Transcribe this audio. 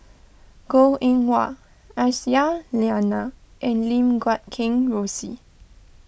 Goh Eng Wah Aisyah Lyana and Lim Guat Kheng Rosie